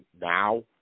now